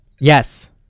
Yes